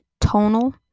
Tonal